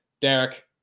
Derek